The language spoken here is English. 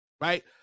right